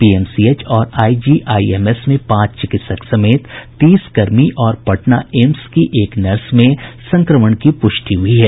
PMCH और IGIMS में पांच चिकित्सक समेत तीस कर्मी और पटना एम्स की एक नर्स में संक्रमण की पुष्टि हुई है